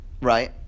Right